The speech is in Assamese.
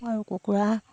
আৰু কুকুৰা